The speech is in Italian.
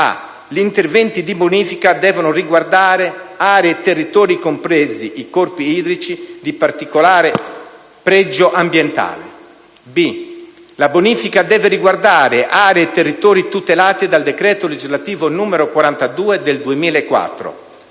gli interventi di bonifica devono riguardare aree e territori, compresi i corpi idrici, di particolare pregio ambientale; la bonifica deve riguardare aree e territori tutelati dal decreto legislativo n. 42 del 2004;